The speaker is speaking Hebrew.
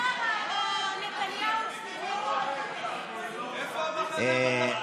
העיקר הנתניהוז קיבלו, ההצעה